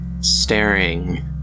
staring